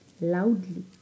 loudly